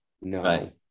No